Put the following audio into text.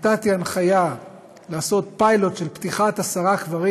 נתתי הנחיה לעשות פיילוט של פתיחת עשרה קברים.